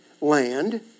land